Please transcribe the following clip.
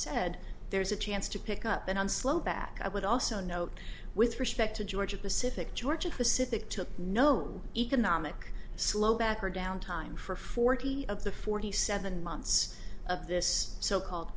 said there's a chance to pick up an onslow back i would also note with respect to georgia pacific georgia pacific took no economic slow backward down time for forty of the forty seven months of this so called